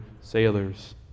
sailors